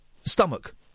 stomach